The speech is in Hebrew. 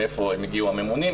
מאיפה הגיעו הממונים.